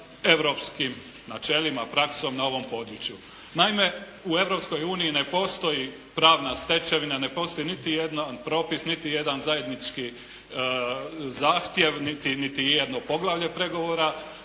europskim načelima, praksom na ovom području. Naime u Europskoj uniji ne postoji pravna stečevina, ne postoji niti jedan propis, niti jedan zajednički zahtjev niti jedno poglavlje pregovora